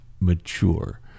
mature